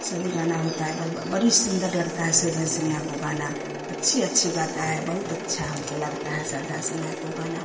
सभी गाना होता है बउवा बड़ी सुंदर लगता है सरधा सिन्हा को गाना अच्छी अच्छी गाता है बहुत अच्छा हमको लगा है सरधा सिन्हा को गाना